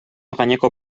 gaineko